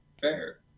Fair